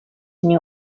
new